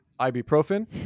ibuprofen